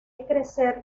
crecer